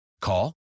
Call